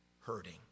hurting